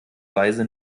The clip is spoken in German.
weise